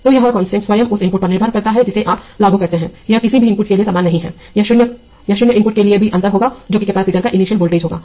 तो यह कांस्टेंट स्वयं उस इनपुट पर निर्भर करता है जिसे आप लागू करते हैं यह किसी भी इनपुट के लिए समान नहीं है और यह 0 इनपुट के लिए भी अंतर होगा जो कि कपैसिटर का इनिशियल वोल्टेज होगा